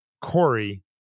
Corey